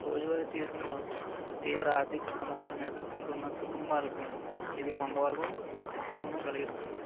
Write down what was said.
రోజువారి జీవితంలో తీవ్ర ఆర్థిక సమస్యలను ఎదుర్కొంటున్న కుటుంబాలకు ఇది కొంతవరకు ఉపశమనం కలిగిస్తుంది